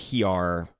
PR